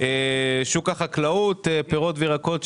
בשוק החקלאות, בפירות וירקות.